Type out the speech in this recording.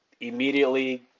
immediately